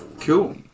Cool